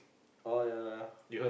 oh ya ya